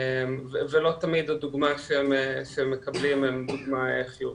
ולא תמיד הדוגמא שהם מקבלים היא דוגמא חיובית.